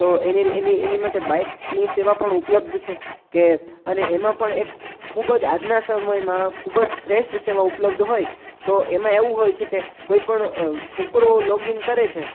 તો એની એની એની માટે બાઈકની સેવા પણ ઉપલબ્ધ છે કે અને એમાં પણ ખૂબ જ આજના સમયમાં ખૂબ જ શ્રેષ્ઠ સેવા ઉપલબ્ધ હોય તો એમાં એવું હોય છે કે કોઈ પણ છોકરો લોગ ઈન કરે છે